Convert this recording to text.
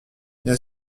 bien